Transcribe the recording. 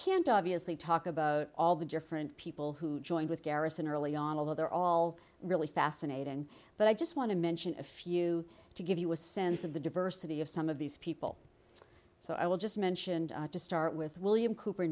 can't obviously talk about all the different people who joined with garrison early on although there all really fascinating but i just want to mention a few to give you a sense of the diversity of some of these people so i'll just mention to start with william cooper